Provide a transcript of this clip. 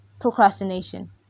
procrastination